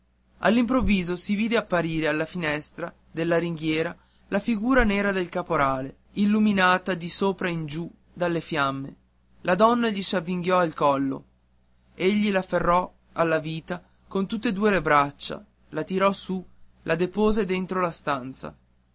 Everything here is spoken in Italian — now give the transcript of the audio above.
all'improvviso si vide apparire alla finestra della ringhiera la figura nera del caporale illuminata di sopra in giù dalle fiamme la donna gli si avvinghiò al collo egli l'afferrò alla vita con tutt'e due le braccia la tirò su la depose dentro alla stanza